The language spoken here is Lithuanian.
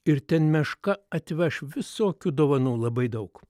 ir ten meška atveš visokių dovanų labai daug